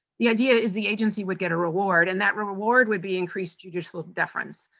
the idea is the agency would get a reward and that reward would be increased judicial deference.